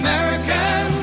American